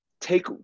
take